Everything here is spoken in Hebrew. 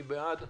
מי בעד,